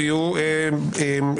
ה- overview,